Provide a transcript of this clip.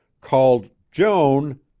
called joan,